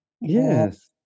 yes